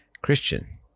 Christian